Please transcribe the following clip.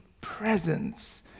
presence